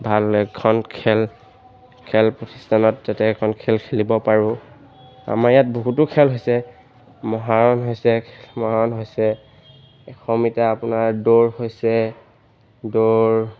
ভাল এখন খেল খেল প্ৰতিষ্ঠানত যাতে এখন খেল খেলিব পাৰোঁ আমাৰ ইয়াত বহুতো খেল হৈছে মহাৰণ হৈছে মহাৰণ হৈছে এশ মিটাৰ আপোনাৰ দৌৰ হৈছে দৌৰ